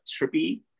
Trippy